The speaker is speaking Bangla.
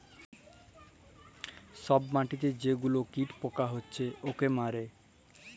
ছব মাটিতে যে গুলা কীট পকা হছে উয়াকে মারে